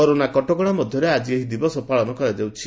corona କଟକଶା ମଧରେ ଆଜି ଏହି ଦିବସ ପାଳନ କରାଯାଉଛି